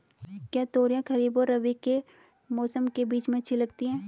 क्या तोरियां खरीफ और रबी के मौसम के बीच में अच्छी उगती हैं?